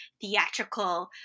theatrical